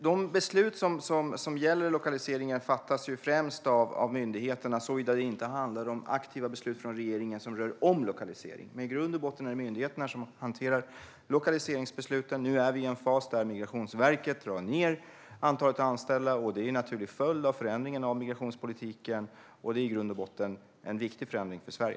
Herr talman! De beslut som gäller lokalisering fattas främst av myndigheterna, såvida det inte handlar om aktiva beslut från regeringen som rör omlokalisering. I grund och botten är det myndigheterna som hanterar lokaliseringsbesluten. Nu är vi i en fas där Migrationsverket drar ned på antalet anställda. Det är en naturlig följd av förändringen av migrationspolitiken. Och det är i grund och botten en viktig förändring för Sverige.